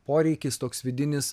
poreikis toks vidinis